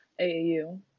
AAU